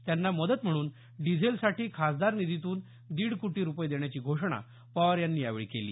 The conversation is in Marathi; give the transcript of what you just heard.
त्यांना मदत म्हणून डिझेलसाठी खासदार निधीतून दीड कोटी रूपये देण्याची घोषणा पवार यांनी यावेळी केली